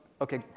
Okay